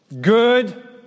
good